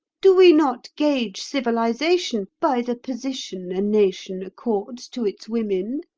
do we not gauge civilization by the position a nation accords to its women?